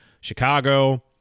Chicago